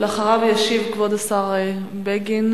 אחריו ישיב כבוד השר בגין.